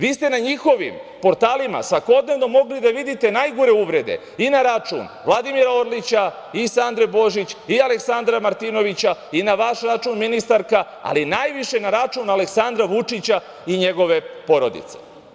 Vi ste na njihovim portalima svakodnevno mogli da vidite najgore uvrede i na račun Vladimira Orlića i Sandre Božić i Aleksandra Martinovića i na vaš račun, ministarka, ali najviše na račun Aleksandra Vučića i njegove porodice.